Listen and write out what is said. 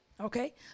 okay